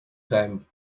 time